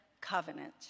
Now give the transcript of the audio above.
Covenant